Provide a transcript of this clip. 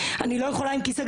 אני לא יכולה עם כיסא גלגלים,